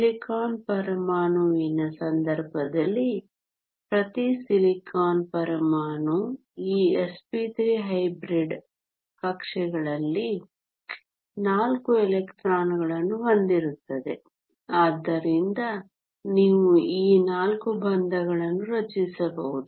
silicon ಪರಮಾಣುವಿನ ಸಂದರ್ಭದಲ್ಲಿ ಪ್ರತಿ ಸಿಲಿಕಾನ್ ಪರಮಾಣು ಈ sp3 ಹೈಬ್ರಿಡ್ ಕಕ್ಷೆಗಳಲ್ಲಿ 4 ಎಲೆಕ್ಟ್ರಾನ್ಗಳನ್ನು ಹೊಂದಿರುತ್ತದೆ ಆದ್ದರಿಂದ ನೀವು 4 ಬಂಧಗಳನ್ನು ರಚಿಸಬಹುದು